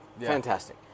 fantastic